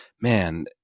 man